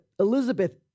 Elizabeth